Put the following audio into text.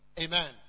Amen